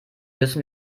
müssen